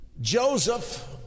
Joseph